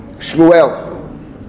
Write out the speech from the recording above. Shmuel